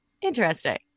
interesting